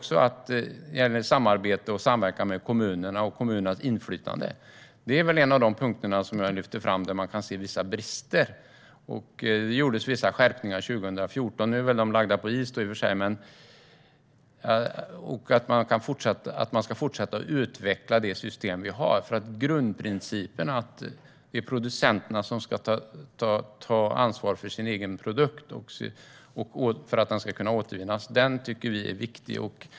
Samarbete, samverkan med kommunerna och kommunernas inflytande är punkter jag lyfter upp där man kan se vissa brister. Det gjordes en del skärpningar 2014, som i och för sig är lagda på is nu. Man kan fortsätta att utveckla det system som vi har. Grundprincipen att det är producenterna som ska ta ansvar för sin egen produkt så att den kan återvinnas tycker vi är viktig.